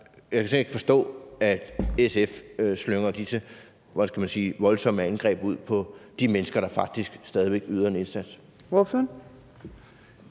jeg kan slet ikke forstå, at SF slynger de her voldsomme angreb ud på de mennesker, der faktisk stadig væk yder en indsats.